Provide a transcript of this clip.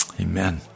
Amen